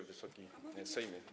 Wysoki Sejmie!